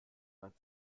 fand